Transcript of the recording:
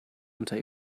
unter